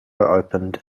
opened